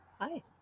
Hi